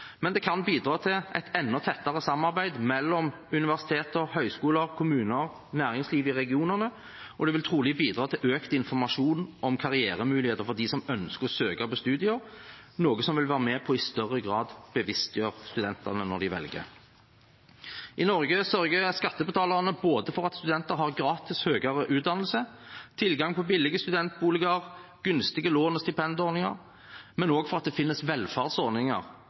men det kan bidra til et enda tettere samarbeid mellom universiteter, høyskoler, kommuner og næringsliv i regionene, og det vil trolig bidra til økt informasjon om karrieremuligheter for dem som ønsker å søke på studier, noe som i større grad vil være med på å bevisstgjøre studentene når de velger. I Norge sørger skattebetalerne for at studenter har gratis høyere utdannelse, tilgang på billige studentboliger og gunstige låne- og stipendordninger, men også for at det finnes velferdsordninger